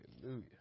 Hallelujah